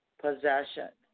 possession